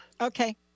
okay